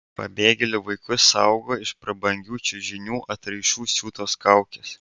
pabėgėlių vaikus saugo iš prabangių čiužinių atraižų siūtos kaukės